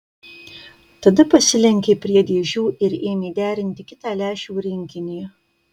tada pasilenkė prie dėžių ir ėmė derinti kitą lęšių rinkinį